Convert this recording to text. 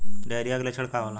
Diarrhoea के लक्षण का होला?